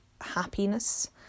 happiness